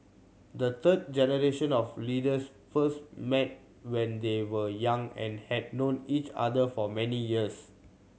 the third generation of leaders first met when they were young and had known each other for many years